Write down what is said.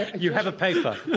you have a paper.